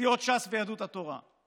מסיעות ש"ס ויהדות התורה.